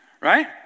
right